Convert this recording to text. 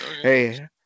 Hey